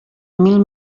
mil